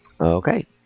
Okay